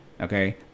okay